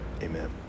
amen